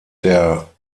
der